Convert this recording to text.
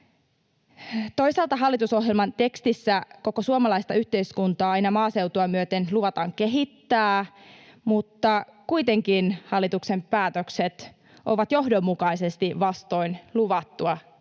Toisaalta hallitusohjelman tekstissä koko suomalaista yhteiskuntaa aina maaseutua myöten luvataan kehittää. Kuitenkin hallituksen päätökset ovat johdonmukaisesti vastoin luvattua tavoitetta.